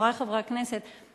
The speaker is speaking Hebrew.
חברי חברי הכנסת,